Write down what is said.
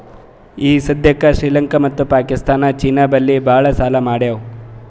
ಈಗ ಸದ್ಯಾಕ್ ಶ್ರೀಲಂಕಾ ಮತ್ತ ಪಾಕಿಸ್ತಾನ್ ಚೀನಾ ಬಲ್ಲಿ ಭಾಳ್ ಸಾಲಾ ಮಾಡ್ಯಾವ್